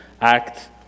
act